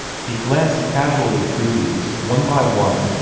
he glanced casually through these, one by one,